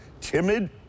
timid